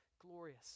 glorious